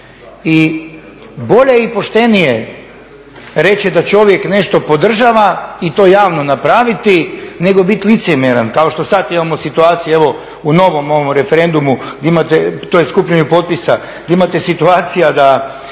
Bolje i poštenije reći je da čovjek nešto podržava i to javno napraviti nego biti licemjeran kao što sad imamo situacije evo u novom ovom referendumu gdje imate to skupljanje potpisa gdje imate situacija da